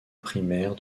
primaire